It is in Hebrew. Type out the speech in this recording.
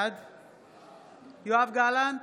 בעד יואב גלנט,